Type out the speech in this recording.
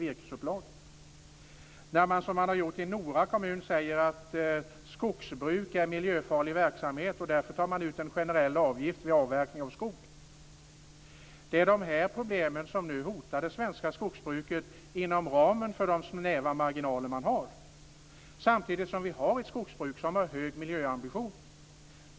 I Nora kommun säger man att skogsbruk är miljöfarlig verksamhet och tar därför ut en generell avgift vid avverkning av skog. Det är de här problemen som nu hotar det svenska skogsbruket, inom ramen för de snäva marginaler man har. Samtidigt har vi ett skogsbruk som har hög miljöambition.